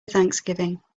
thanksgiving